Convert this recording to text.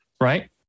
right